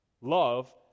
Love